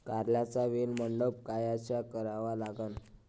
कारल्याचा वेल मंडप कायचा करावा लागन?